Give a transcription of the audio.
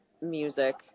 music